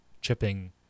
chipping